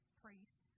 priest